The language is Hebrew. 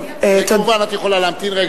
את יכולה להמתין רגע?